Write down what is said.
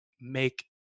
make